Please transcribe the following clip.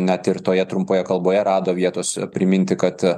net ir toje trumpoje kalboje rado vietos priminti kad